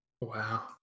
Wow